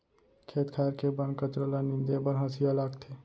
खेत खार के बन कचरा ल नींदे बर हँसिया लागथे